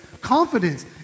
confidence